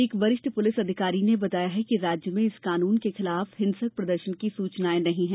एक वरिष्ठ पुलिस अधिकारी ने बताया कि राज्य में इस कानून के खिलाफ हिंसक प्रदर्शन की सूचनाएं नहीं हैं